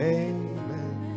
amen